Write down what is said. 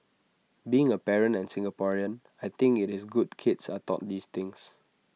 being A parent and Singaporean I think IT is good kids are taught these things